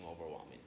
overwhelming